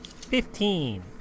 Fifteen